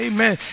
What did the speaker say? Amen